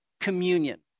Communion